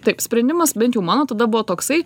taip sprendimas bent jau mano tada buvo toksai